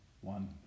One